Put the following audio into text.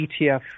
ETF